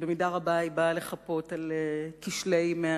במידה רבה היא באה לחפות על כשלי 100